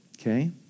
Okay